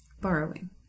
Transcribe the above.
Borrowing